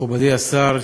מכובדי השר,